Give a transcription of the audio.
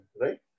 right